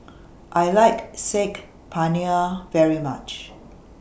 I like Saag Paneer very much